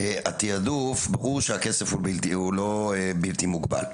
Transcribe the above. ברור שהכסף הוא לא בלתי מוגבל,